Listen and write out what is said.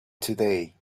today